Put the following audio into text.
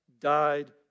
died